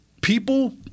People